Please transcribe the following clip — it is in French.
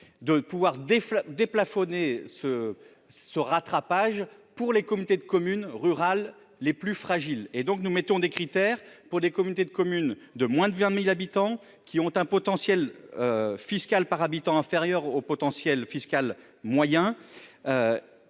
des fleurs déplafonner ce ce rattrapage pour les communautés de communes rurales les plus fragiles et donc nous mettons des critères pour les communautés de communes de moins de 20000 habitants qui ont un potentiel fiscal par habitant inférieur au potentiel fiscal moyen